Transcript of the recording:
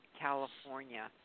California